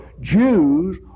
Jews